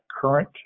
current